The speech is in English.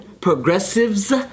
progressives